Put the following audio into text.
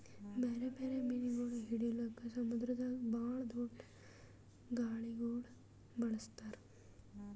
ಬ್ಯಾರೆ ಬ್ಯಾರೆ ಮೀನುಗೊಳ್ ಹಿಡಿಲುಕ್ ಸಮುದ್ರದಾಗ್ ಭಾಳ್ ದೊಡ್ದು ಗಾಳಗೊಳ್ ಬಳಸ್ತಾರ್